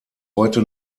heute